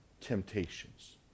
temptations